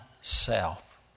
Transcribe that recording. self